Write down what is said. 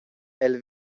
elle